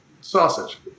sausage